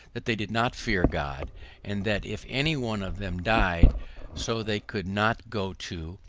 that they did not fear god and that if any one of them died so they could not go to,